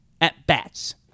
at-bats